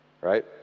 right